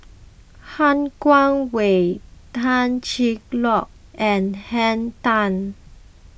Han Guangwei Tan Cheng Lock and Henn Tan